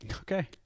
Okay